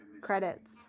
credits